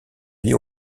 vie